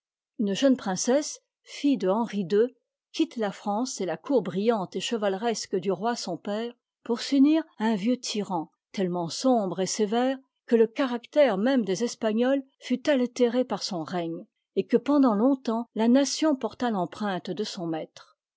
une jeune princesse fille de henri ï quitte la france et la cour brillante et chevaleresque du roi son père pour s'unir à un vieux tyran tellement sombre et sévère que le caractère même des espagnols fut altéré par son règne et que pendant longtemps la nation porta l'empreinte de son maître